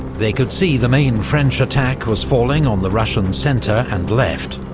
they could see the main french attack was falling on the russian centre and left,